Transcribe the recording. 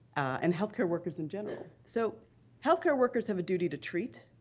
and health care workers in general. so health care workers have a duty to treat,